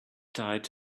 tight